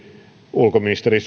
ulkoministeri